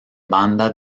banda